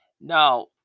now